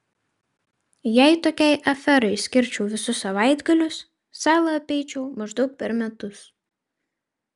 jei tokiai aferai skirčiau visus savaitgalius salą apeičiau maždaug per metus